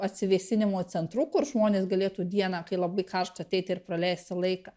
atsivėsinimo centrų kur žmonės galėtų dieną kai labai karšta ateiti ir praleisti laiką